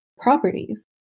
properties